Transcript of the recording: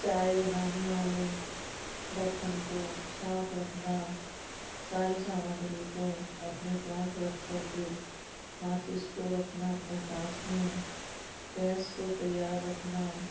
चाय बनाने वाले बर्तन को साफ़ रखना सारी सामग्री को अपने पास रखकर के माचिस को रखना अपने पास में गैस को तैयार रखना